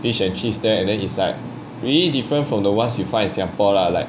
fish and chips there and then it's like really different from the ones you find in singapore lah like